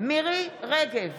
מירי מרים רגב,